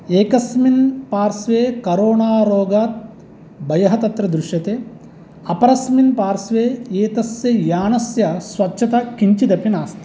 एकस्मिन् पार्श्वे करोणा रोगात् भयः तत्र दृश्यते अपरस्मिन् पार्श्वे एतस्य यानस्य स्वच्छता किञ्चिदपि नास्ति